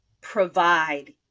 provide